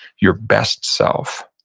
your best self.